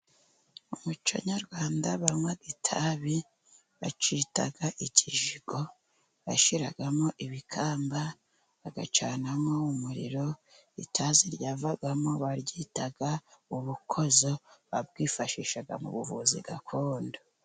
Umuco nyarwanda banywa itabi, bakita ikijigo bashyiramo ibikamba bacanamo umuriro, itazi ryavamo baryita ubukozo, babwifashisha mu buvuzi gakondo.